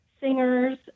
singers